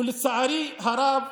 ולצערי הרב,